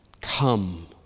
come